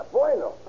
Bueno